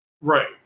Right